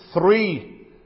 three